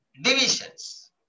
Divisions